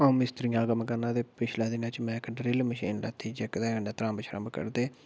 अ'ऊं मिस्त्रियें दा कम्म करना ते पिच्छले दिनें च में इक ड्रिल मशीन लैती ते जेह्के कन्नै तरम्ब छरम्ब कड्ढदे